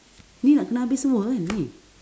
ni nak kena habis semua kan ni